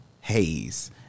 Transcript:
haze